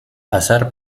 pasar